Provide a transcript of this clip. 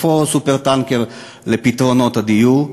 איפה הסופר-טנקר לפתרונות הדיור?